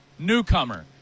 newcomer